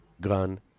gun